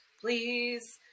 please